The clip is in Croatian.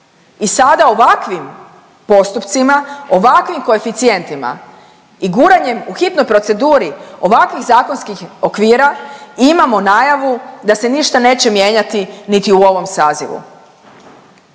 I sada ovakvim postupcima, ovakvim koeficijentima i guranjem u hitnoj proceduri ovakvih zakonskih okvira imamo najavu da se ništa neće mijenjati niti u ovom sazivu.